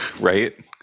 right